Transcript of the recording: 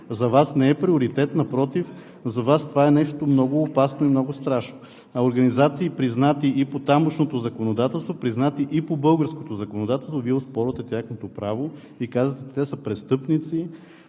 за Вас не е приоритет, напротив, за Вас това е нещо много опасно и много страшно. А на организации, признати и по тамошното законодателство, признати и по българското законодателство, Вие оспорвате тяхното право и казвате: те са престъпници,